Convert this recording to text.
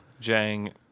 Jang